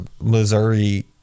Missouri